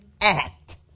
act